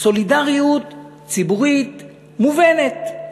סולידריות ציבורית מובנת.